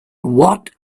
what